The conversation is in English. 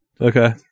Okay